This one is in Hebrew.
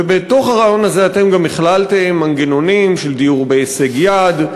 ובתוך הרעיון הזה אתם גם הכללתם מנגנונים של דיור בהישג יד,